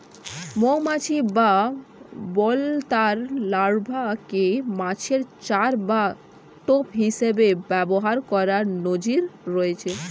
মৌমাছি বা বোলতার লার্ভাকে মাছের চার বা টোপ হিসেবে ব্যবহার করার নজির রয়েছে